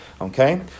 Okay